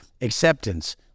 acceptance